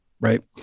right